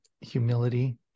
humility